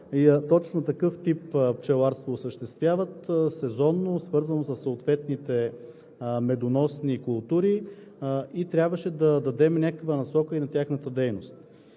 точно такъв тип пчеларство – сезонно, свързано със съответните медоносни култури, и трябваше да дадем някаква насока и на тяхната дейност.